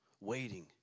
waiting